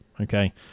Okay